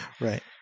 Right